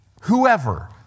whoever